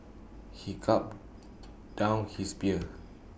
he gulped down his beer